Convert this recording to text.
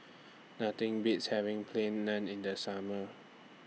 Nothing Beats having Plain Naan in The Summer